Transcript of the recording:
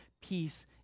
peace